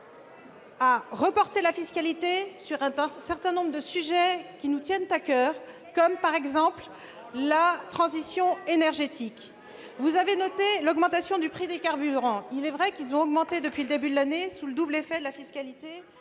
à reporter la fiscalité sur un certain nombre de sujets qui nous tiennent à coeur, comme la transition énergétique. La CSG ! Vous avez noté l'augmentation du prix des carburants. Il est vrai que leur prix a augmenté depuis le début de l'année sous le double effet de la fiscalité